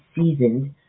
seasoned